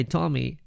Tommy